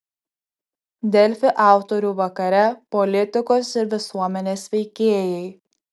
delfi autorių vakare politikos ir visuomenės veikėjai